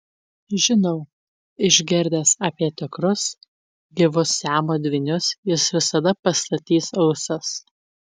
žinau išgirdęs apie tikrus gyvus siamo dvynius jis visada pastatys ausis